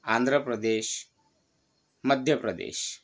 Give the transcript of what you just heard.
Andhra Pradesh Madhya Pradesh